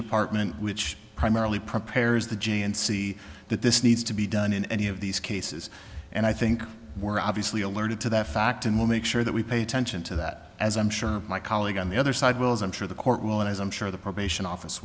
department which primarily prepares the g and c that this needs to be done in any of these cases and i think we're obviously alerted to that fact and we'll make sure that we pay attention to that as i'm sure my colleague on the other side will as i'm sure the court will as i'm sure the probation office